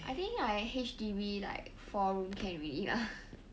I think I H_D_B like four room can already lah